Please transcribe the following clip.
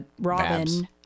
Robin